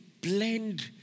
blend